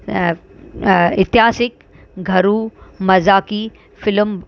अ एतिहासिक घरु मज़ाकी फिल्म